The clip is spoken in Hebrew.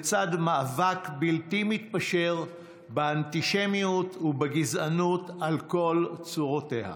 לצד מאבק בלתי מתפשר באנטישמיות ובגזענות על כל צורותיה.